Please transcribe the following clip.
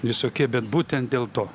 visokie bet būtent dėl to